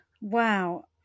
wow